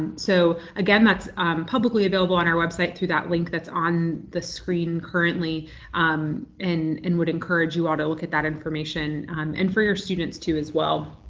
so again, that's publicly available on our website through that link that's on the screen currently um and and would encourage you all to look at that information and for your students too as well.